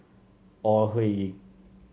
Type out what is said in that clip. Ore Huiying